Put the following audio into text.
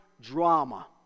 drama